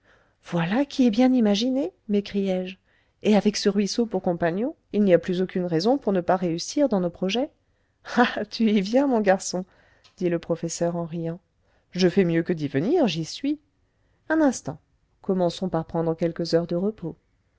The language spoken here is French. voilà qui est bien imaginé m'écriai-je et avec ce ruisseau pour compagnon il n'y a plus aucune raison pour ne pas réussir dans nos projets ah tu y viens mon garçon dit le professeur en riant je fais mieux que d'y venir j'y suis un instant commençons par prendre quelques heures de repos